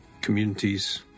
communities